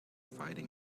fighting